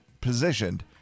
positioned